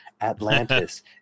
Atlantis